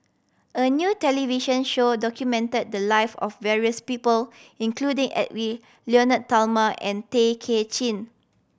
a new television show documented the life of various people including Edwy Lyonet Talma and Tay Kay Chin